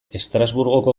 estrasburgoko